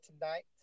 tonight